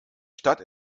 stadt